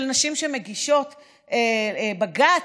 של נשים שמגישות בג"ץ,